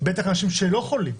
בטח לאנשים שלא חולים,